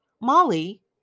Molly